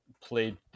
played